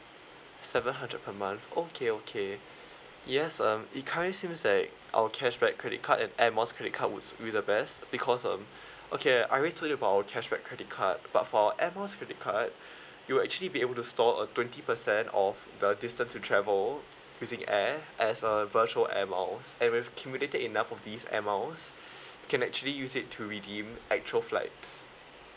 seven hundred per month okay okay yes um it kind of seems that our cashback credit card and air miles credit card would suit you the best because um okay I already told you about our cashback credit card but for air miles credit card you actually be able to store a twenty percent of the distance you travel using air as a virtual air miles and you've accumulated enough of these air miles you can actually use it to redeem actual flights